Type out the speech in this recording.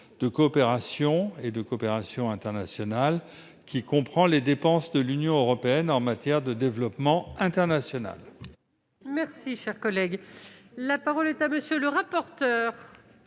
développement et de coopération internationale qui comprend les dépenses de l'Union en matière de développement international.